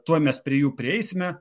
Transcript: tuoj mes prie jų prieisime